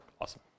awesome